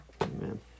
Amen